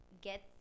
get